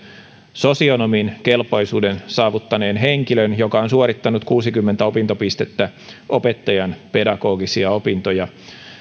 sosionomin kelpoisuuden saavuttaneen henkilön joka on suorittanut kuusikymmentä opintopistettä opettajan pedagogisia opintoja